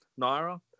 Naira